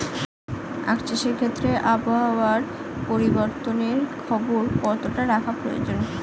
আখ চাষের ক্ষেত্রে আবহাওয়ার পরিবর্তনের খবর কতটা রাখা প্রয়োজন?